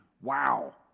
wow